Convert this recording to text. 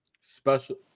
special